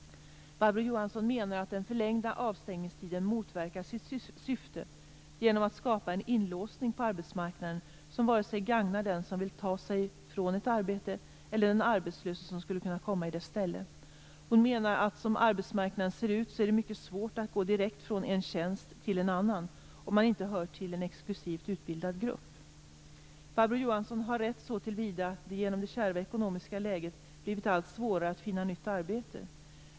Barbro Johansson menar att den förlängda avstängningstiden motverkar sitt syfte genom att skapa en inlåsning på arbetsmarknaden som vare sig gagnar den som vill ta sig från ett arbete eller den arbetslöse som skulle kunna komma i hans eller hennes ställe. Hon menar att som arbetsmarknaden ser ut så är det mycket svårt att gå direkt från en tjänst till en annan om man inte hör till en exklusivt utbildad grupp. Barbro Johansson har rätt så till vida att det genom det kärva ekonomiska läget blivit allt svårare att finna nytt arbete.